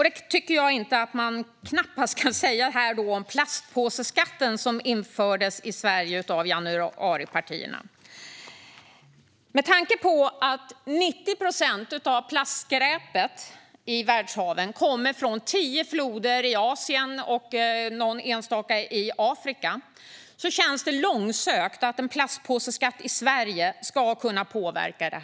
Det kan man knappast säga om plastpåseskatten som infördes i Sverige av januaripartierna. Med tanke på att 90 procent av plastskräpet i världshaven kommer från tio floder i Asien och någon enstaka i Afrika känns det långsökt att en plastpåseskatt i Sverige ska kunna påverka det.